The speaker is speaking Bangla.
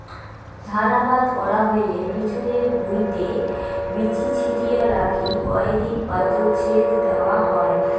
ধান আবাদ করা হইলে বিচনের ভুঁইটে বীচি ছিটিয়া রাখি কয় দিন পাচত সেচ দ্যাওয়া হয়